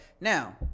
Now